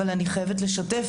אבל אני חייבת לשתף,